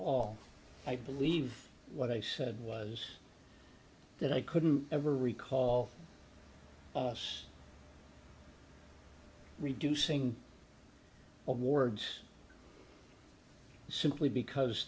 all i believe what i said was that i couldn't ever recall us reducing awards simply because